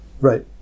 Right